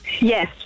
Yes